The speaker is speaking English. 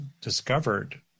discovered